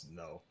no